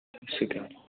ਸਤਿ ਸ਼੍ਰੀ ਅਕਾਲ